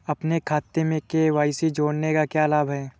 अपने खाते में के.वाई.सी जोड़ने का क्या लाभ है?